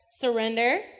surrender